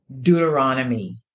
Deuteronomy